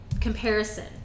comparison